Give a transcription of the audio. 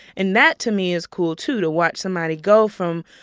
and that to me is cool too, to watch somebody go from,